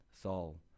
Saul